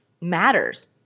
matters